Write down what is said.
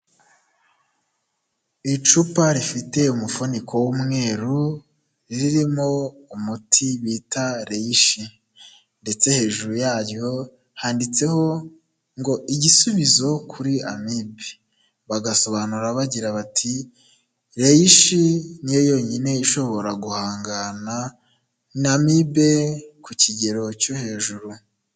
Icupa rifite umufuniko w'umweru, ririmo umuti bita reyishi. Ndetse hejuru yaryo handitseho ngo igisubizo kuri amibe. Bagasobanura bagira bati, "Reyishi ni yo yonyine ishobora guhangana na amibe ku kigero cyo hejuru".